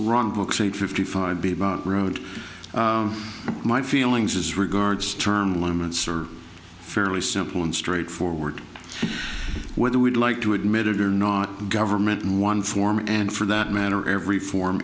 wrong books eight hundred five b about road my feelings as regards term limits are fairly simple and straightforward whether we'd like to admit it or not the government in one form and for that matter every form